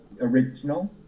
original